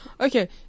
Okay